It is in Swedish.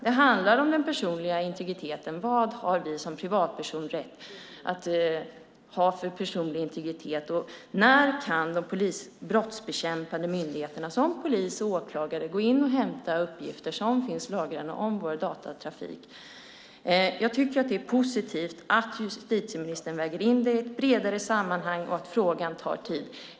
Det handlar om vilken personlig integritet vi som privatpersoner har rätt till och när de brottsbekämpande myndigheterna som polis och åklagare kan gå in och hämta uppgifter som finns lagrade om vår datatrafik. Jag tycker att det är positivt att justitieministern väger in det i ett bredare sammanhang och att frågan tar tid.